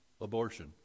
abortion